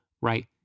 right